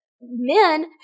men